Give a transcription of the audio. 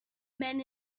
men